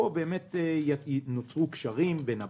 פה נוצרו קשרים בין הבנקים,